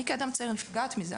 אני כאדם צעיר נפגעת מזה.